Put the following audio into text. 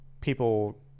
people